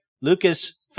Lucas